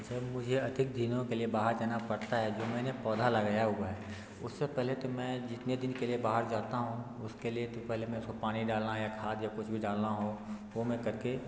जब मुझे अधिक दिनों के लिए बाहर जाना पड़ता है जो मैंने पौधा लगाया हुआ है उससे पहले तो मैं जितने दिन के लिए बाहर जाता हूँ उसके लिए तो पहले मैं उसको पानी डालना या खाद या कुछ भी डालना हो वो मैं कर के